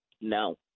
no